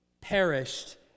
perished